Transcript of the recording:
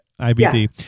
IBD